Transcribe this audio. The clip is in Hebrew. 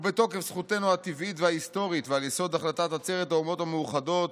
ובתוקף זכותנו הטבעית וההיסטורית ועל יסוד החלטת עצרת האומות המאוחדות